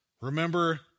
Remember